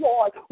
Lord